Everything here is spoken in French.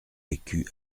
vécu